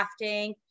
crafting